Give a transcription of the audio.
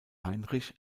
heinrich